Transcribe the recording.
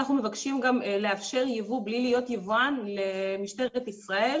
אנחנו מבקשים גם לאפשר ייבוא בלי להיות יבואן למשטרת ישראל,